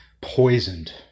poisoned